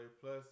Plus